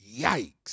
Yikes